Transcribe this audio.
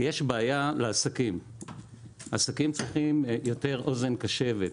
יש לעסקים בעיה עסקים צריכים יותר אוזן קשבת,